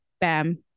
bam